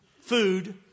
Food